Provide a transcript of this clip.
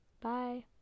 Bye